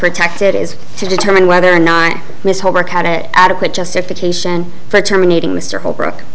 protected is to determine whether or not miss holbrook had a adequate justification for terminating mr holbrook